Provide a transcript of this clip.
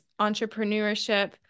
entrepreneurship